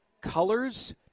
colors